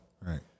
Right